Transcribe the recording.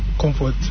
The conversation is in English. comfort